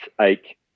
ache